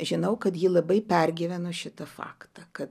žinau kad ji labai pergyveno šitą faktą kad